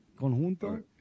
Conjunto